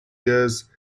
years